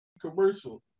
commercial